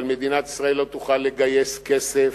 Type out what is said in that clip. אבל מדינת ישראל לא תוכל לגייס כסף,